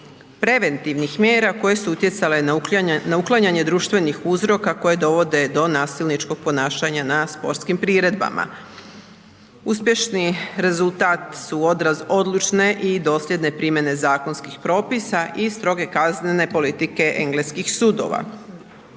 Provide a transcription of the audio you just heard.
preventivnih mjera koje su utjecale na uklanjanje društvenih uzroka koje dovode do nasilničkog ponašanja na sportskim priredbama. Uspješni rezultat su odraz odlučne i dosljedne primjene zakonskih propisa i stroge kaznene politike engleskih sudova.